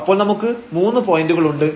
അപ്പോൾ നമുക്ക് 3 പോയന്റുകൾ ഉണ്ട്